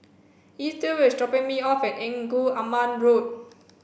Ethyl is dropping me off at Engku Aman Road